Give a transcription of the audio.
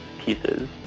pieces